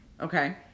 Okay